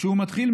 "וכשהוא מתחיל,